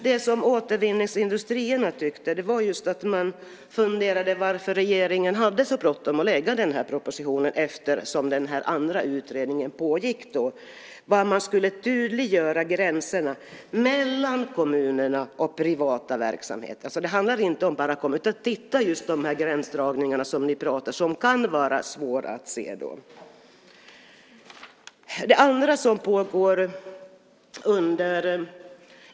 Det som Återvinningsindustrierna funderade över var varför regeringen hade så bråttom att lägga fram den här propositionen, eftersom den andra utredningen pågick. Man skulle tydliggöra gränserna mellan kommunerna och privata verksamheter. Det handlar inte bara om kommuner. Just de gränsdragningar som ni pratar om kan vara svåra att se.